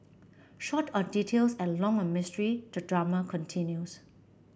short on details and long on mystery the drama continues